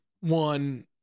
one